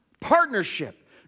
Partnership